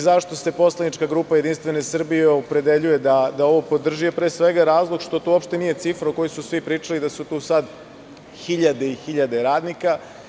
Zašto se poslanička grupa JS opredeljuje da ovo podrži je pre svega razlog što to uopšte nije cifra o kojoj su svi pričali, da su tu sad hiljade i hiljade radnika.